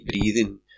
breathing